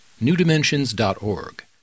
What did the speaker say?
newdimensions.org